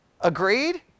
Agreed